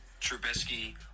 Trubisky